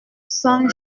saint